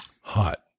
Hot